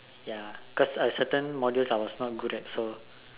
ya cause uh certain modules I'm not good at so